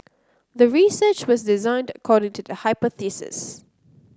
the research was designed according to the hypothesis